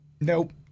Nope